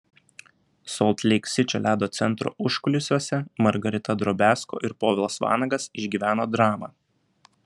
solt leik sičio ledo centro užkulisiuose margarita drobiazko ir povilas vanagas išgyveno dramą